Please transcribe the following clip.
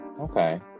Okay